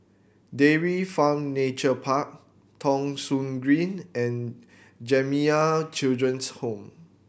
Dairy Farm Nature Park Thong Soon Green and Jamiyah Children's Home